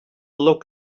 look